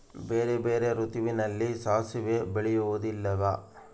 ಬೇರೆ ಬೇರೆ ಋತುವಿನಲ್ಲಿ ಸಾಸಿವೆ ಬೆಳೆಯುವುದಿಲ್ಲವಾ?